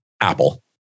apple